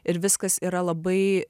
ir viskas yra labai